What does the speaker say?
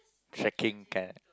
trekking kinda